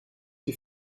die